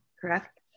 correct